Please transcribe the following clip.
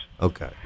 okay